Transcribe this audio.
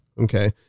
Okay